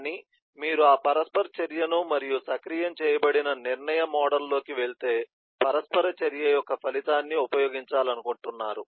కానీ మీరు ఆ పరస్పర చర్యను మరియు సక్రియం చేయబడిన నిర్ణయ మోడ్లోకి వెళ్ళే పరస్పర చర్య యొక్క ఫలితాన్ని ఉపయోగించాలనుకుంటున్నారు